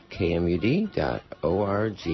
kmud.org